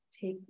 take